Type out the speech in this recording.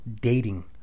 dating